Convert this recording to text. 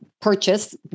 purchase